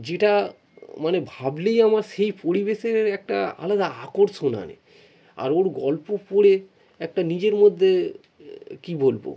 যেটা মানে ভাবলেই আমার সেই পরিবেশের একটা আলাদা আকর্ষণ আনে আর ওর গল্প পড়ে একটা নিজের মধ্যে কী বলবো